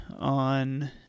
on